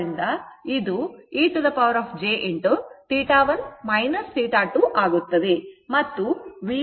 ಆದ್ದರಿಂದ ಇದು e jθ1 θ2 ಆಗುತ್ತದೆ